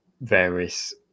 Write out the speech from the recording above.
various